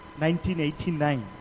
1989